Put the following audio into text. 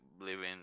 living